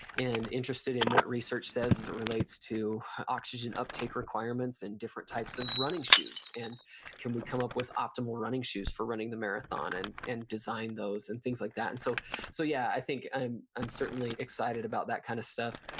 and interested in what research says as it relates to oxygen uptake requirements in different types of running shoes. and can we come up with optimal running shoes for running the marathon and and design those, and things like that. and so so yeah, i think i'm i'm certainly excited about that kind of stuff,